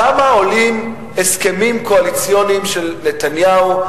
כמה עולים ההסכמים הקואליציוניים של נתניהו?